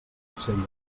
ocell